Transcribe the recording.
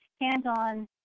hands-on